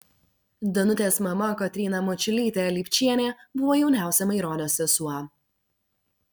danutės mama kotryna mačiulytė lipčienė buvo jauniausia maironio sesuo